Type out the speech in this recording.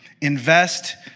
Invest